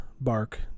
bark